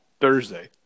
Thursday